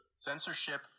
Censorship